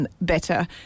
better